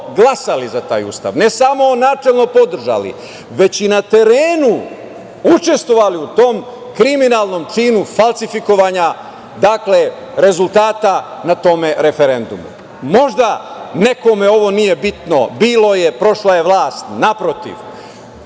glasali za taj Ustav, ne samo načelno podržali, već i na terenu učestvovali u tom kriminalnom činu falsifikovanja, dakle rezultata na tom referendumu. Možda nekome ovo nije bitno, bilo je, prošla je vlast. Naprotiv,